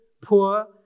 poor